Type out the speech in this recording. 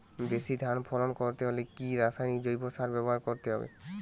বেশি ধান ফলন করতে হলে কি রাসায়নিক জৈব সার ব্যবহার করতে হবে?